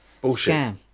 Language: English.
Bullshit